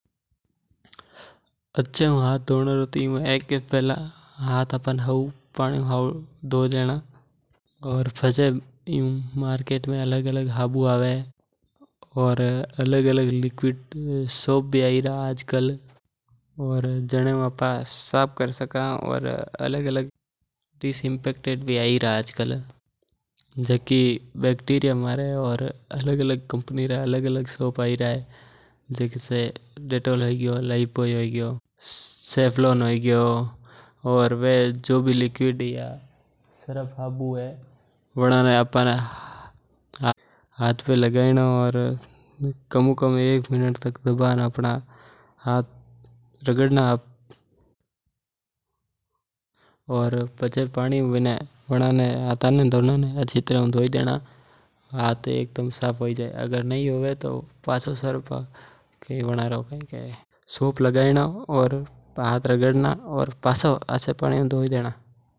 देखो सा हुक्म अच्छे हु हाथ धोने रो तरीका ह कि पहला हाथ पानी हु धोवण पाछे आजकल मार्केट में अलग-अलग हाबू आय गया और अलग-अलग लिकविड सोप भी आइरा। आजकल मार्केट में अलग-अलग डिसइनफेक्टेड भी आइरा जिका बैक्टेरिया मर जवा। सब हु पहिली लिक्विड सोप हाथ में लेवणो हाथ मसलणा और साफ पानी ही धोवण।